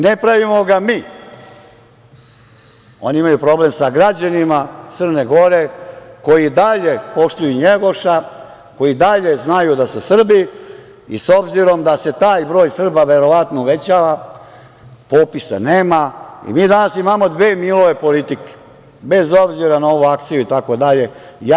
Ne pravimo ga mi, oni imaju problem sa građanima Crne Gore koji i dalje poštuju Njegoša, koji i dalje znaju da su Srbi i s obzirom da se taj broj Srba verovatno uvećava, popisa nema, mi danas imamo dve Milove politike, bez obzira na ovu akciju i tako dalje.